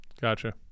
Gotcha